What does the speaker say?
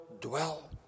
dwell